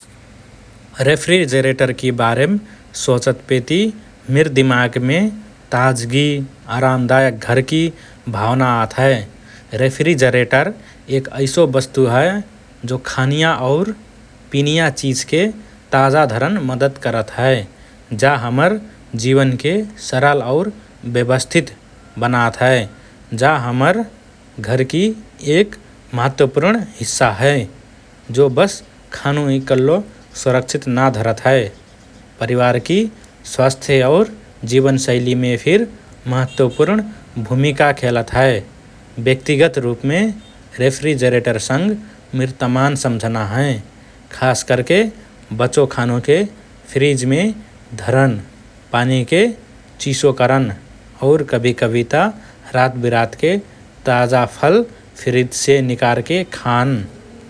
रेफ्रिजरेटरकि बारेम सोचतपेति मिर दिमागमे ताजगी, आरामदायक घरकी भावना आत हए । रेफ्रिजरेटर एक ऐसो वस्तु हए जो खानिया और पिनिया चिजके ताजा धरन मद्दत करत हए । जा हमर जीवनके सरल और व्यवस्थित बनात हए । जा हमर घरकि एक महत्वपूर्ण हिस्सा हए जो वस खानु इकल्लो सुरक्षित ना धरत हए, परिवारकि स्वास्थ्य और जीवनशैलीमे फिर महत्वपूर्ण भूमिका खेलत हए । व्यक्तिगत रुपमे, रेफ्रिजरेटरसँग मिर तमान् सम्झना हएँ । खास करके बचो खानुके फ्रिजमे धरन, पानीके चिसो करन और कभिकभि त रातविरातके ताजा फल फ्रिजसे निकारके खान ।